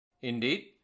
Indeed